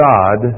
God